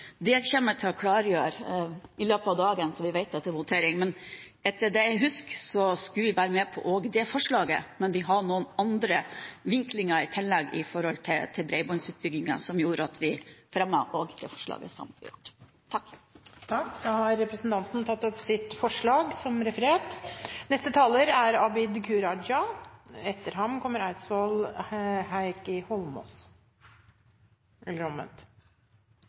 Det kommer jeg til å klargjøre i løpet av dagen slik at vi vet det til voteringen. Etter det jeg husker, skulle vi også være med på det forslaget, men når det gjelder bredbåndsutbyggingen, har vi noen andre vinklinger i tillegg som gjorde at vi fremmet et eget forslag. Representanten Sjelmo Nordås har tatt opp forslaget